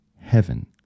heaven